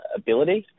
ability